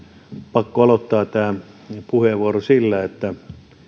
pakko aloittaa tämä puheenvuoro sillä että